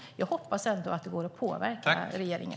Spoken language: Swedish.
Jag hoppas att det går att påverka regeringen.